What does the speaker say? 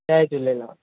Jay Jhulelal